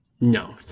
No